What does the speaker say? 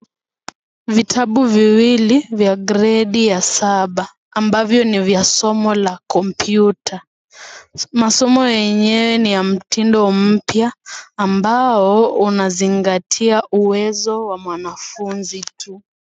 Vitabu viwili, vya gredi ya saba, ambavyo ni vya somo la kompiuta. Masomo yenyewe ni ya mtindo mpya, ambao unazingatia uwezo wa mwanafunzi tu.